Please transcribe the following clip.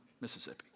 Mississippi